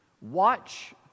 watch